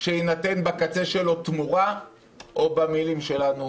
שיינתן בקצה שלו תמורה או במילים שלנו,